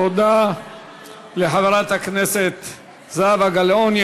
תודה לחברת הכנסת זהבה גלאון.